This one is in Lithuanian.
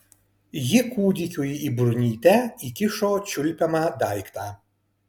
ji kūdikiui į burnytę įkišo čiulpiamą daiktą